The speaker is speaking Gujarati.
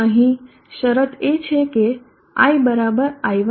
અહી શરત એ છે કે i બરાબર i1 i2